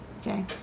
Okay